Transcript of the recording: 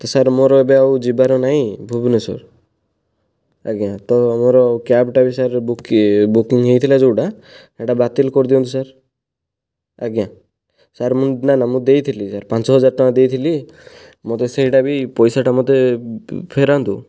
ତ ସାର୍ ମୋର ଏବେ ଆଉ ଯିବାର ନାହିଁ ଭୁବନେଶ୍ୱର ଆଜ୍ଞା ତ ମୋର କ୍ୟାବ୍ଟା ବି ସାର୍ ବୁକିଂ ବୁକିଂ ହେଇଥିଲା ଯେଉଁଟା ସେଇଟା ବାତିଲ କରି ଦିଅନ୍ତୁ ସାର୍ ଆଜ୍ଞା ସାର୍ ମୁଁ ନା ନା ମୁଁ ଦେଇଥିଲି ସାର୍ ପାଞ୍ଚ ହଜାର ଟଙ୍କା ଦେଇଥିଲି ମୋତେ ସେଇଟା ବି ପଇସାଟା ମୋତେ ଫେରାନ୍ତୁ